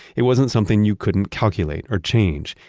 it wasn't something you couldn't calculate or change.